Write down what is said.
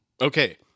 Okay